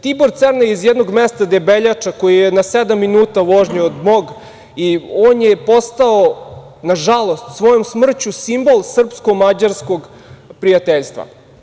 Tibor Cerna je iz jednog mesta Debeljača, koje je na sedam minuta vožnje od mog, i on je postao, nažalost, svojom smrću simbol srpsko-mađarskog prijateljstva.